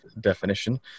definition